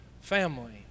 family